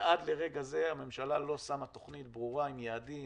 ועד לרגע זה הממשלה לא שמה תוכנית ברורה עם יעדים,